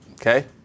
Okay